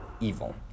evil